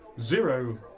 zero